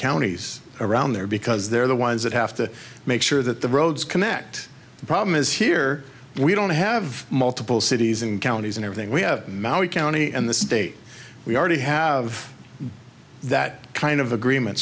counties around there because they're the ones that have to make sure that the roads connect the problem is here we don't have multiple cities and counties and everything we have maui county and the state we already have that kind of agreement